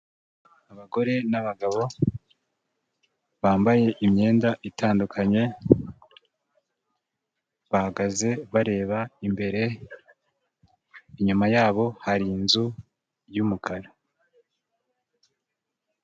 Abagore n'abagabo, bambaye imyenda itandukanye, bahagaze bareba imbere, inyuma yabo hari inzu y'umukara.